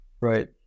Right